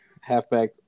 Halfback